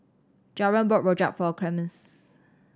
Javen bought rojak for Clemens